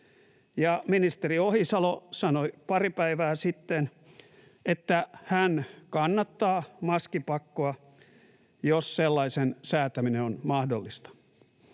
ministeri Ohisalo sanoi pari päivää sitten, että hän kannattaa maskipakkoa, jos sellaisen säätäminen on mahdollista.